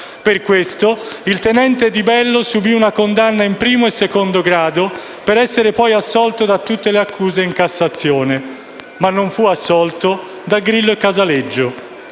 Per questo, il tenente Di Bello subì una condanna in primo e secondo grado, per essere poi assolto da tutte le accuse in Cassazione. Ma non fu assolto da Grillo e Casaleggio.